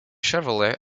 chevrolet